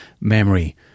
memory